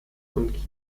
und